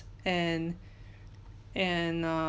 and and err